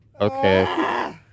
Okay